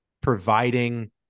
providing